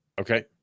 okay